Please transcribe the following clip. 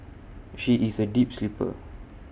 she is A deep sleeper